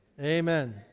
Amen